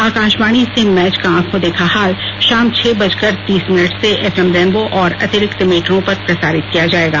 आकाशवाणी से मैच का आंखो देखा हाल शाम छह बजकर तीस मिनट से एफ एम रेनबो और अतिरिक्त मीटरों पर प्रसारित किया जाएगा